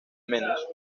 menos